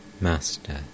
Master